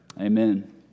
amen